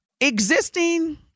existing